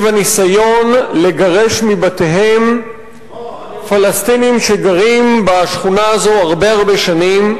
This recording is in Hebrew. הניסיון לגרש מבתיהם פלסטינים שגרים בשכונה הזו הרבה הרבה שנים,